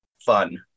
fun